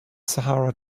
sahara